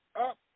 up